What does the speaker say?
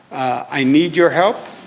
i need your help.